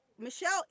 Michelle